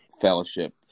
Fellowship